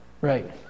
Right